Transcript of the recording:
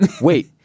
Wait